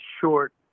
short